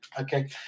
Okay